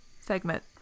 segment